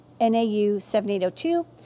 NAU7802